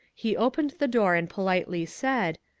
he opened the door and politely said,